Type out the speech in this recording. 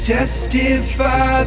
Testify